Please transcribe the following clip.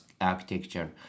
architecture